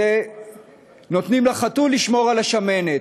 זה לתת לחתול לשמור על השמנת.